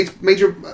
Major